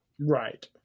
Right